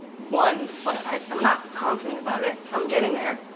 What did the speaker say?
one, but i'm not confident about it. i'm getting there.